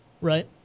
right